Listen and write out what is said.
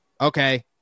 Okay